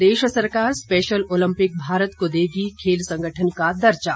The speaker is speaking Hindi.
प्रदेश सरकार स्पेशल ओलम्पिक भारत को देगी खेल संगठन का दर्जा